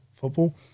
Football